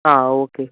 ആ ഓക്കെ